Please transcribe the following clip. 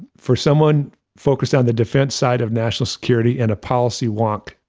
for someone focused on the defense side of national security and a policy wonk,